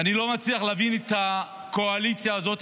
ואני לא מצליח להבין את הקואליציה הזאת,